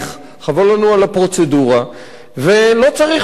חבל לנו על הפרוצדורה ולא צריך ממונה.